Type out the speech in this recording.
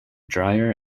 drier